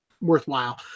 worthwhile